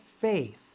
faith